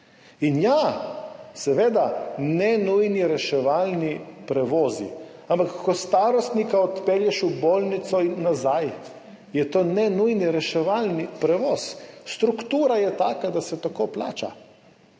In ja, seveda, nenujni reševalni prevozi. Ampak ko starostnika odpelješ v bolnico in nazaj, je to nenujni reševalni prevoz, struktura je taka, da se tako plača.